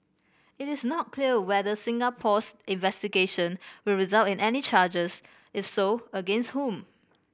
it is not clear whether Singapore's investigation will result in any charges if so against whom